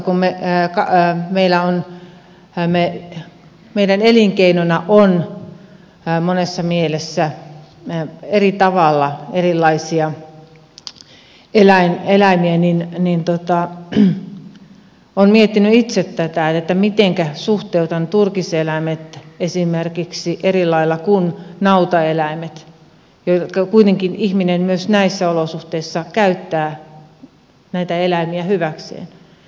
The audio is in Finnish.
kun meidän elinkeinonamme on monessa mielessä eri tavalla erilaisia eläimiä niin olen miettinyt itse tätä mitenkä suhteutan esimerkiksi turkiseläimet eri lailla kuin nautaeläimet joita kuitenkin ihminen myös näissä olosuhteissa käyttää näitä eläimiä hyväkseen